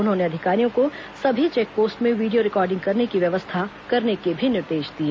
उन्होंने अधिकारियों को सभी चेक पोस्ट में वीडियो रिकॉर्डिंग करने की व्यवस्था करने के भी निर्देश दिए